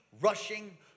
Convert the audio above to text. rushing